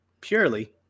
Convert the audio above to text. purely